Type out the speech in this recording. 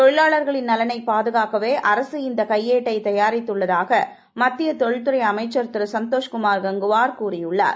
தொழிலாளர்களின் நலனைப் பாதுகாக்கவே அரசு இந்த கையேட்டை தயாரித்துள்ளதாக மத்திய தொழில் துறை அமைச்சர் திரு சந்தோஷ் குமார் கங்குவார் கூறியுள்ளார்